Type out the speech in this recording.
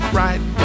right